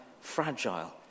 fragile